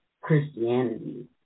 Christianity